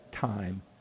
time